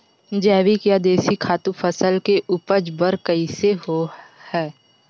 जैविक या देशी खातु फसल के उपज बर कइसे होहय?